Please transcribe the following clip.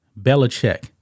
Belichick